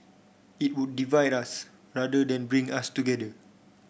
it would divide us rather than bring us together